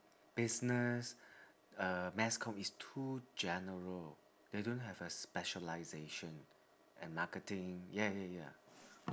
business uh mass com is too general they don't have a specialisation and marketing ya ya ya